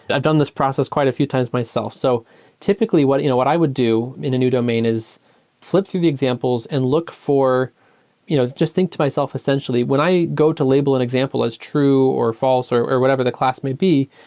i've done this process quite a few times myself. so typically, what you know what i would do in the new domain is flip through the examples and look for you know just think to myself essentially, when i go to label an example as true or false or or whatever the class may be,